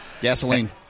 Gasoline